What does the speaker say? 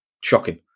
shocking